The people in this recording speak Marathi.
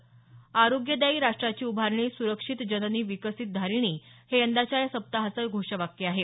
आरोग्यदायी राष्ट्राची उभारणी सुरक्षित जननी विकसित धारिणी हे यंदाच्या या सप्ताहाचं घोषवाक्य आहे